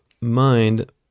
mind